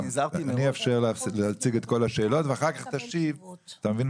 אני אאפשר להציג את כל השאלות ואחר כך תשיב.